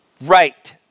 Right